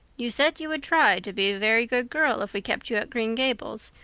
you said you would try to be a very good girl if we kept you at green gables,